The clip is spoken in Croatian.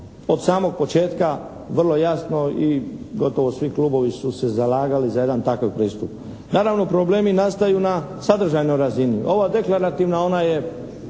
od samog početka vrlo jasno i gotovo svi klubovi su se zalagali za jedan takav pristup. Naravno, problemi nastaju na sadržajnoj razini. Ova deklarativna ona je